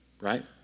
Right